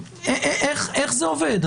איך זה עובד?